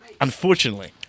Unfortunately